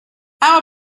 how